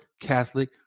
Catholic